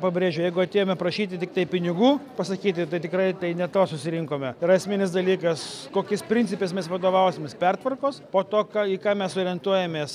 pabrėžiu jeigu atėjome prašyti tiktai pinigų pasakyti tai tikrai tai ne to susirinkome yra esminis dalykas kokiais principais mes vadovausimės pertvarkos po to ką į ką mes orientuojamės